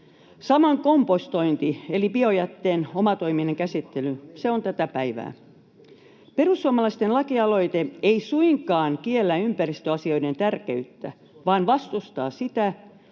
Samoin kompostointi eli biojätteen omatoiminen käsittely on tätä päivää. Perussuomalaisten lakialoite ei suinkaan kiellä ympäristöasioiden tärkeyttä vaan vastustaa sitä,